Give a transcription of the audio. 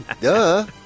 Duh